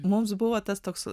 mums buvo tas toks